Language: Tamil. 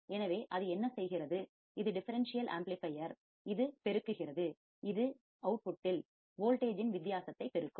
எனவே அது என்ன செய்கிறது இது டிஃபரண்சியல்ஆம்ப்ளிபையர் இது பெருக்குகிறது இது வெளியீட்டில் அவுட்புட் இல் மின்னழுத்தத்தின்வோல்டேஜ் இன் வித்தியாசத்தை பெருக்கும்